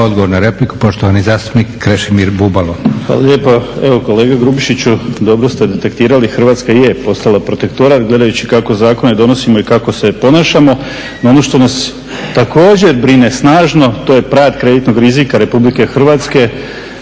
Odgovor na repliku, poštovani zastupnik Krešimir Bubalo. **Bubalo, Krešimir (HDSSB)** Hvala lijepa. Evo kolega Grubišiću dobro ste detektirali, Hrvatska je postala protektorat gledajući kako zakone donosimo i kako se ponašamo. No ono što nas također brine snažno to je pad kreditnog rizika RH, u nekoliko